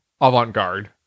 avant-garde